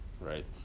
right